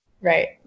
Right